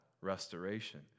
restoration